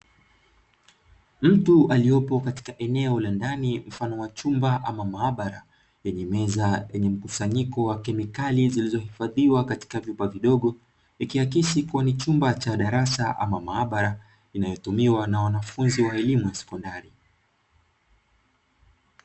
Mtu aliyopo katika eneo la ndani mfano wa chumba ama maabara yenye meza, yenye mkusanyiko wa kemikali zilizohifadhiwa katika vyupa vidogo, ikiakisi kuwa ni chumba cha darasa ama maabara inayotumiwa na wanafunzi wa elimu ya sekondari.